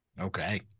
okay